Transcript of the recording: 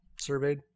surveyed